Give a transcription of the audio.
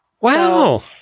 Wow